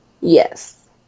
Yes